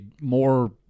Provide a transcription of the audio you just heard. more